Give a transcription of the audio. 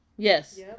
yes